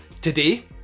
today